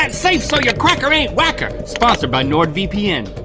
that safe so your cracker ain't wacker. sponsored by nordvpn.